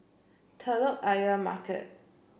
Telok Ayer Market